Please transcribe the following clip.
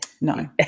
No